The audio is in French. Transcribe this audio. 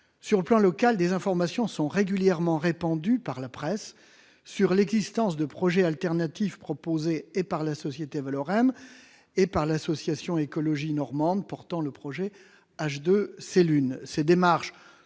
sur le plan local, des informations sont régulièrement répandues par la presse sur l'existence de projets alternatifs proposés, et par la société Valorem, et par l'association Écologie normande, porteuse du projet